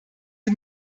sie